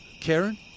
Karen